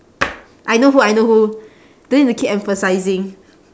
I know who I know who don't need to keep emphasising